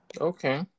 okay